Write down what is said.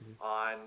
on